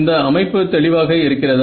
இந்த அமைப்பு தெளிவாக இருக்கிறதா